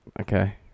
Okay